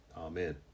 Amen